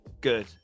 good